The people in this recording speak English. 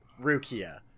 Rukia